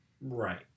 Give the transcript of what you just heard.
Right